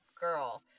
girl